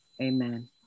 Amen